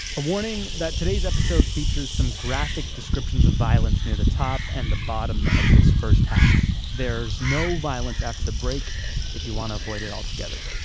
a warning that today's episode features some graphic descriptions of violence near the top and the bottom of this first half. there's no violence after the break if you want to avoid it altogether.